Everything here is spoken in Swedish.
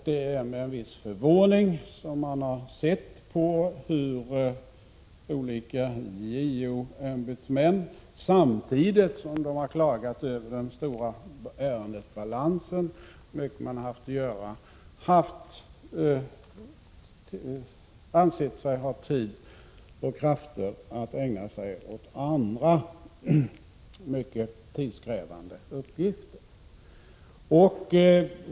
Det är med en viss förvåning man har kunnat konstatera att olika JO-ämbetsmän, samtidigt som de har klagat över den stora ärendebalansen och hur mycket de har haft att göra, ansett sig ha tid och krafter att ägna sig åt andra mycket tidskrävande uppgifter.